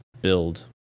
build